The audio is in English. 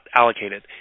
allocated